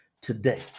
today